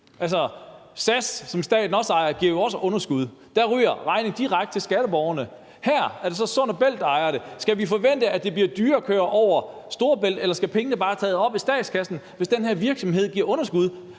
Altså, SAS, som staten også ejer, giver jo også underskud. Der ryger regningen direkte til skatteborgerne. Her er det så Sund & Bælt, der ejer det. Skal vi forvente, at det bliver dyrere at køre over Storebælt, eller skal pengene bare tages op af statskassen, hvis den her virksomhed giver underskud?